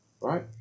Right